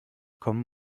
kommen